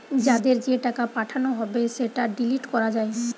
যাদের যে টাকা পাঠানো হবে সেটা ডিলিট করা যায়